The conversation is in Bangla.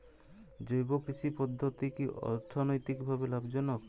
জৈব কৃষি পদ্ধতি কি অর্থনৈতিকভাবে লাভজনক?